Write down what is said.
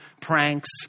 pranks